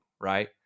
Right